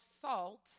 salt